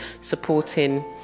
supporting